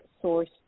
Source